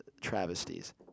travesties